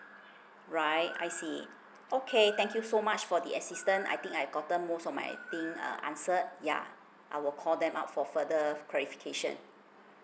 right I see okay thank you so much for the assistant I think I gotten most of my thing uh answered yeah I will call them up for further clarification